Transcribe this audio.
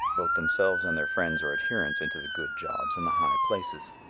vote themselves and their friends or adherents into the good jobs and the high places.